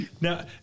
now